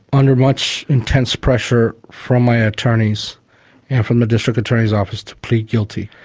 under much intense pressure from my attorneys and from the district attorney's office to plead guilty,